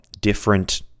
different